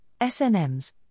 SNMs